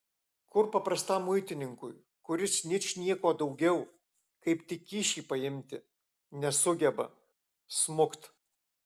kur paprastam muitininkui kuris ničnieko daugiau kaip tik kyšį paimti nesugeba smukt